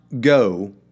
go